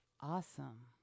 Awesome